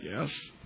yes